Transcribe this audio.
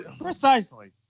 Precisely